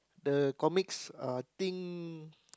the comics uh thing